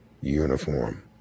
uniform